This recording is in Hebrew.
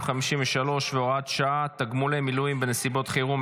253 והוראת שעה) (תגמולי מילואים בנסיבות חירום),